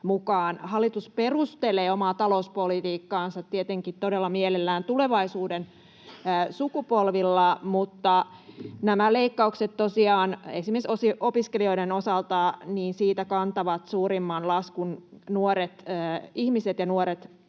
Hallitus perustelee omaa talouspolitiikkaansa tietenkin todella mielellään tulevaisuuden sukupolvilla, mutta tosiaan näistä leikkauksista esimerkiksi opiskelijoiden osalta kantavat suurimman laskun nuoret ihmiset ja nuoret aikuiset.